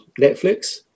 Netflix